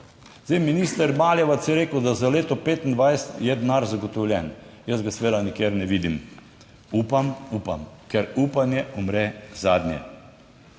rekli. Minister Maljevac je rekel, da za leto 2025 je denar zagotovljen; jaz ga seveda nikjer ne vidim. Upam, upam, ker upanje umre zadnje.